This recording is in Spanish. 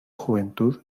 juventud